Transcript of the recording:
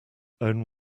own